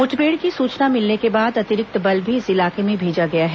मुठभेड़ की सूचना मिलने के बाद अतिरिक्त बल भी इस इलाके में भेजा गया है